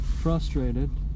frustrated